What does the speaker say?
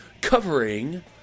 covering